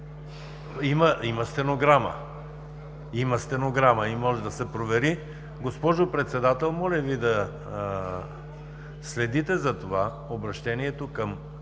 Има стенограма и може да се провери. Госпожо Председател, моля Ви да следите обръщението към